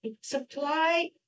Supply